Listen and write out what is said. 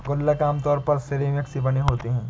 गुल्लक आमतौर पर सिरेमिक से बने होते हैं